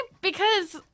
because-